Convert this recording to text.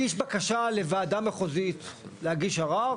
בקשה לוועדה מחוזית להגיש ערר,